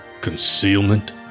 concealment